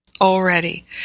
Already